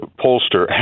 pollster